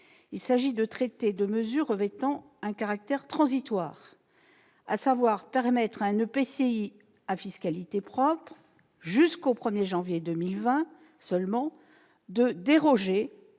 Il s'agit, ici, de traiter de mesures revêtant un caractère transitoire, à savoir la permission octroyée à un EPCI à fiscalité propre, jusqu'au 1 janvier 2020 seulement, de déroger